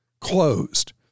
closed